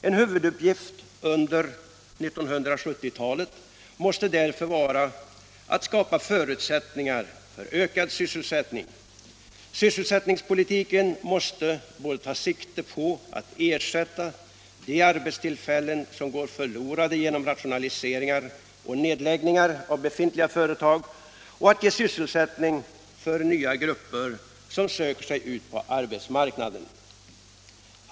En huvuduppgift under 1970-talet måste därför vara att skapa förutsättningar för ökad sysselsättning. Sysselsättningspolitiken måste både ta sikte på att ersätta de arbetstillfällen som går förlorade genom rationaliseringar och nedläggningar av befintliga företag och att ge sysselsättning åt nya grupper som söker sig ut på arbetsmarknaden.